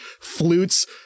flutes